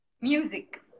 Music